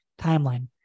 timeline